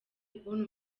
kubona